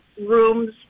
rooms